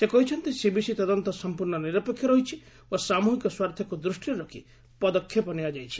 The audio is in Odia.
ସେ କହିଛନ୍ତି ସିଭିସି ତଦନ୍ତ ସମ୍ପୂର୍ଣ୍ଣ ନିରପେକ୍ଷ ରହିଛି ଓ ସାମୃହିକ ସ୍ୱାର୍ଥକୁ ଦୃଷ୍ଟିରେ ରଖି ପଦକ୍ଷେପ ନିଆଯାଇଛି